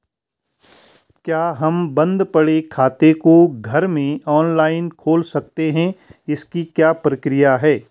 क्या हम बन्द पड़े खाते को घर में ऑनलाइन खोल सकते हैं इसकी क्या प्रक्रिया है?